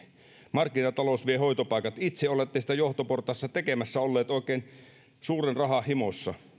markkinatalous vie hoitopaikat itse olette sitä johtoportaassa tekemässä olleet oikein suuren rahan himossa